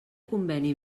conveni